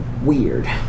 weird